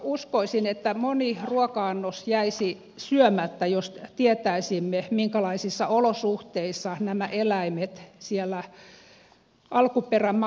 uskoisin että moni ruoka annos jäisi syömättä jos tietäisimme minkälaisissa olosuhteissa nämä eläimet siellä alkuperämaissa elävät